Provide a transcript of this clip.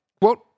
Quote